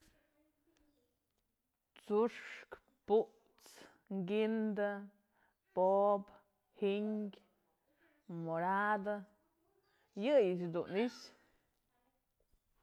Tsu'uxë, putsë, guinda, po'obë, giñ, morado, yëyëch dun i'ixë.